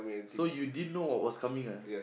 so you didn't know what was coming ah